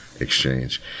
exchange